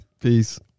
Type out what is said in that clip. Peace